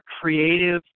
creative